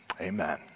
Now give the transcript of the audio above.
Amen